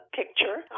picture